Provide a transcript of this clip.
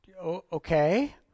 okay